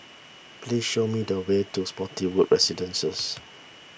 please show me the way to Spottiswoode Residences